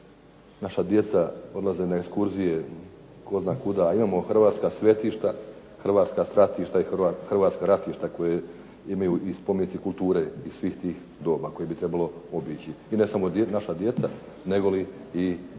naša djeca odlaze na ekskurzije tko zna kuda, a imamo hrvatska svetišta, hrvatska stratišta i hrvatska ratišta koja imaju i spomenici kulture iz svih tih doba koje bi trebalo obići. I ne samo naša djeca, negoli i